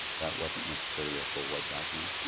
that wasn't necessarily a full white background?